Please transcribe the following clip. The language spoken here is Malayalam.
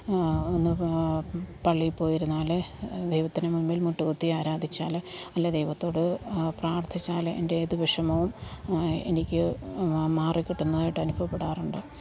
ഒന്ന് പള്ളിയിൽ പോയിരുന്നാൽ ദൈവത്തിനു മുന്പിൽ മുട്ടുകുത്തി ആരാധിച്ചാൽ അല്ലേ ദൈവത്തോട് പ്രാർത്ഥിച്ചാൽ എൻ്റെ ഏതു വിഷമവും എനിക്ക് മാറി കിട്ടുന്നതായിട്ട് അനുഭവപ്പെടാറുണ്ട്